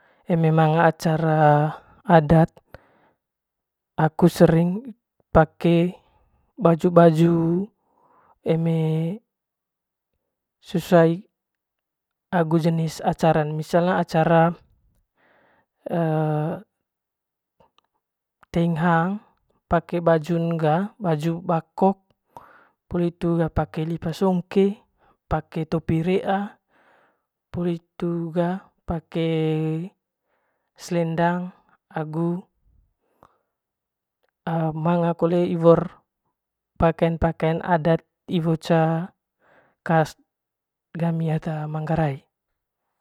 Eme manga acara adat aku sering baju baju sesuai agu jenis acran misaln ga acara teing hang pake bajun ga baju bakok poli hitu ga pake lipa songke pake topi re'aa poli hitu ga pake selendang agu manga kole iwor pakayan pakayan adat iwor ca kas gami ata manggarai.